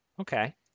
Okay